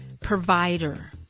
provider